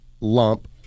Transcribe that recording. lump